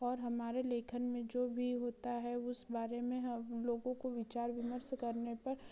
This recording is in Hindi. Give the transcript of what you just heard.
और हमारे लेखन में जो भी होता है उस बारे में हम लोगों को विचार विमर्श करने पर